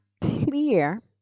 clear